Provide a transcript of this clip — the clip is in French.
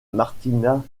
martina